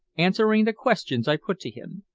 answering the questions i put to him.